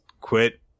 quit